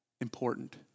important